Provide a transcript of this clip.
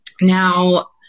now